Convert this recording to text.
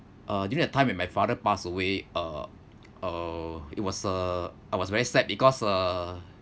uh during that time when my father passed away uh uh it was uh I was very sad because uh